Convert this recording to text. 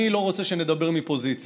אני לא רוצה שנדבר מפוזיציה.